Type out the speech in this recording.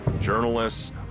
journalists